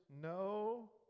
no